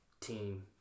team